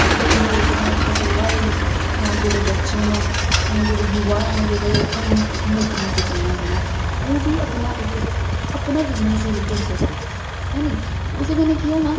जेह्ड़े लोग न इत्थै र'वा दे न जां जेह्ड़े बच्चे न जां जेह्ड़े युवा न जेह्ड़े हून नौकरियां तुप्पनियां जि'नें ओह् बी अपना इक अपना बिजनस शुरू करी सकदे है नी उसदे कन्नै केह् होना